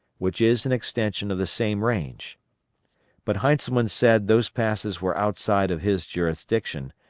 which is an extension of the same range but heintzelman said those passes were outside of his jurisdiction,